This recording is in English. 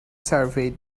survey